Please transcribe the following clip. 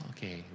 Okay